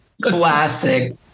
Classic